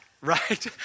right